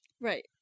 Right